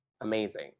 amazing